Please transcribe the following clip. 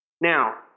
Now